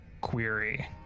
query